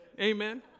amen